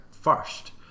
first